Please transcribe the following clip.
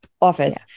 office